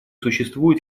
существует